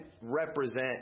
represent